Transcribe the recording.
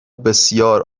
بسیار